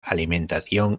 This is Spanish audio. alimentación